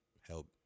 help